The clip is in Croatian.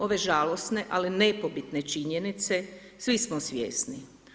Ove žalosne ali nepobitne činjenice svi smo svjesni.